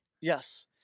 yes